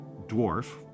dwarf